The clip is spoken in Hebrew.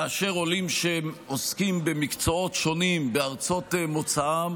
כאשר עולים שעוסקים במקצועות שונים בארצות מוצאם,